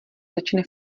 začne